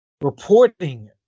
reporting